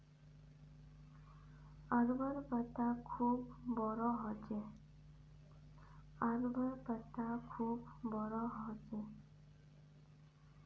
अरबोंर पत्ता खूब बोरो ह छेक